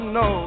no